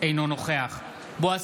אינו נוכח בועז